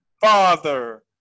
father